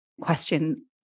question